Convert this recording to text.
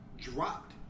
dropped